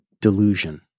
delusion